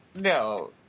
No